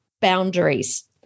boundaries